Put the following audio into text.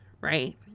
right